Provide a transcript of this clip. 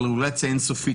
אבל הרגולציה אין-סופית.